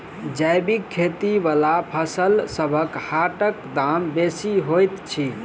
जैबिक खेती बला फसलसबक हाटक दाम बेसी होइत छी